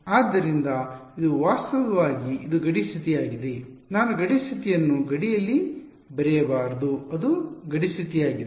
ಆದ್ದರಿಂದ ಇದು ವಾಸ್ತವವಾಗಿ ಹೌದು ಇದು ಗಡಿ ಸ್ಥಿತಿಯಾಗಿದೆ ನಾನು ಗಡಿ ಸ್ಥಿತಿಯನ್ನು ಗಡಿಯಲ್ಲಿ ಬರೆಯಬಾರದು ಅದು ಗಡಿ ಸ್ಥಿತಿಯಾಗಿದೆ